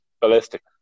ballistic